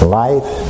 life